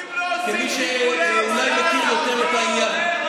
כמי שאולי מכיר היטב את העניין,